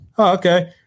okay